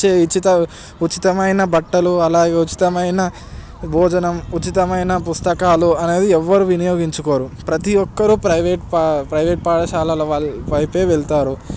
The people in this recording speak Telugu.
ఇచ్చే ఉచిత ఉచితమైన బట్టలు అలాగే ఉచితమైన భోజనం ఉచితమైన పుస్తకాలు అనేది ఎవ్వరు వినియోగించుకోరు ప్రతి ఒక్కరూ ప్రైవేట్ ప్రైవేట్ పాఠశాలల వారు వైపే వెళ్తారు